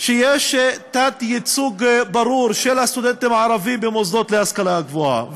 שיש תת-ייצוג ברור של הסטודנטים הערבים במוסדות להשכלה הגבוהה.